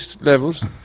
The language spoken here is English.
levels